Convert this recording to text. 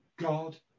God